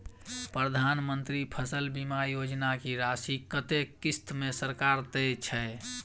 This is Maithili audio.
प्रधानमंत्री फसल बीमा योजना की राशि कत्ते किस्त मे सरकार देय छै?